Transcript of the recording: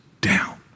down